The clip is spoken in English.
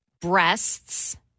breasts